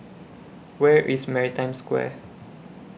Where IS Maritime Square